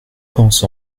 pense